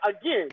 again